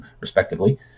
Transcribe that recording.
respectively